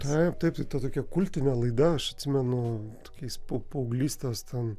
taip taip ta tokia kultinė laida aš atsimenu kokiais po paauglystės ten